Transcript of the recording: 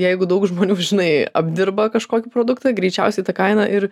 jeigu daug žmonių žinai apdirba kažkokį produktą greičiausiai ta kaina ir